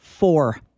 Four